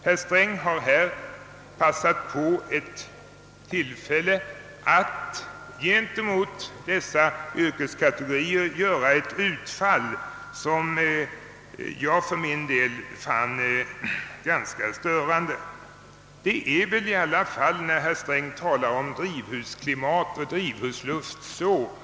Herr Sträng har passat på tillfället att mot dessa yrkeskategorier göra ett utfall som jag för min del fann ganska störande. Herr Sträng talade om »drivhusklimat» och »drivhusluft».